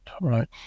right